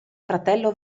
fratello